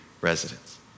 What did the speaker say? residents